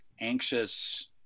anxious